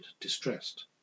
distressed